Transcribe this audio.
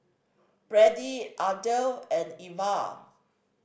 Brady Ardeth and Iva